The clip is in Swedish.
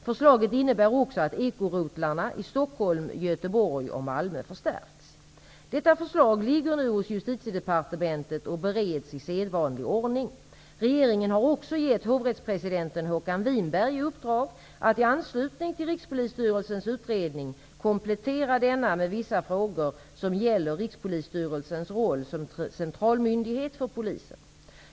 Förslaget innebär också att ekorotlarna i Stockholm, Göteborg och Malmö förstärks. Detta förslag ligger nu hos Justitiedepartementet och bereds i sedvanlig ordning. Regeringen har också gett hovrättspresidenten Håkan Winberg i uppdrag att i anslutning till Rikspolisstyrelsens utredning komplettera denna med vissa frågor som gäller Rikspolisstyrelsens roll som centralmyndighet för polisen.